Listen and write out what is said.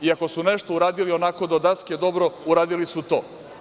Ako su nešto uradili onako do daske dobro, uradili su to.